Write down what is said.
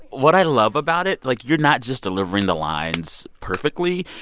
what i love about it like, you're not just delivering the lines perfectly.